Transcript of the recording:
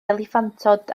eliffantod